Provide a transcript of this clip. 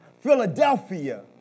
Philadelphia